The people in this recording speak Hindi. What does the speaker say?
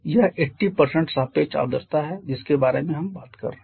यह 80 सापेक्ष आर्द्रता है जिसके बारे में हम बात कर रहे हैं